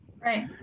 Right